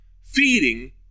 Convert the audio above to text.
feeding